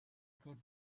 good